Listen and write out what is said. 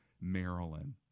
Maryland